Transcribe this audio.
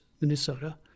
Minnesota